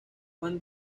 wang